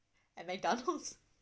at mcdonald's